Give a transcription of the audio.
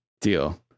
deal